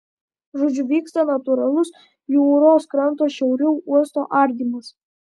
žodžiu vyksta natūralus jūros kranto šiauriau uosto ardymas